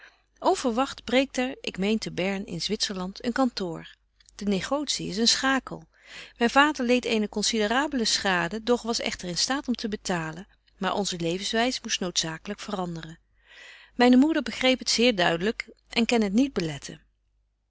onverwagt breekt er ik meen te bern in zwitzerland een kantoor de negotie is een schakel myn vader leedt eene considerable schade doch was echter in staat om te betalen maar onze levenswys moest noodzakelyk veranderen myne moeder begreep het zeer duidelyk en kan het niet beletten